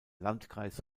landkreis